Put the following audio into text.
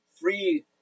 free